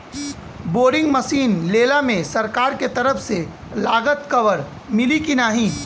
Boring machine लेला मे सरकार के तरफ से लागत कवर मिली की नाही?